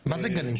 מה זה גנים?